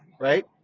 right